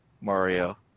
Mario